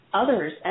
others